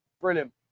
Brilliant